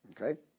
Okay